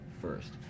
first